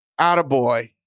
attaboy